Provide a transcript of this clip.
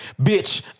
Bitch